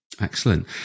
Excellent